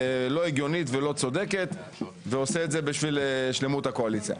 לא הגיונית ולא צודקת ועושה את זה בשביל שלמות הקואליציה.